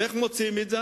ואיך מוציאים את זה?